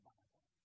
Bible